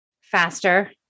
faster